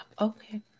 Okay